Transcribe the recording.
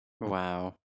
Wow